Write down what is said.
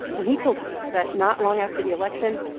and he told me that not long after the election,